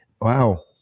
Wow